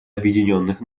объединенных